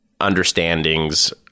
understandings